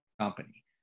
company